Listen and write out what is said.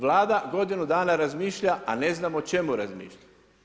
Vlada godinu dana razmišlja a ne znam o čemu razmišlja.